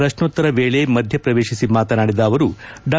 ಪ್ರಶ್ನೋತ್ತರ ವೇಳೆ ಮಧ್ಯಪ್ರವೇಶಿಸಿ ಮಾತನಾಡಿದ ಅವರು ಡಾ